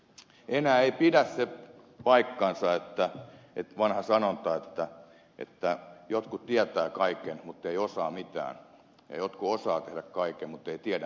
enää ei pidä paikkaansa se vanha sanonta että jotkut tietävät kaiken mutta eivät osaa mitään ja jotkut osaavat tehdä kaiken mutta eivät tiedä mitään